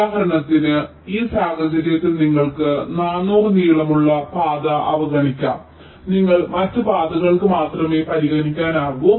ഉദാഹരണത്തിന് ഈ സാഹചര്യത്തിൽ നിങ്ങൾക്ക് 400 നീളമുള്ള പാത അവഗണിക്കാം നിങ്ങൾക്ക് മറ്റ് പാതകൾ മാത്രമേ പരിഗണിക്കാനാകൂ